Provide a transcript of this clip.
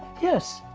yes,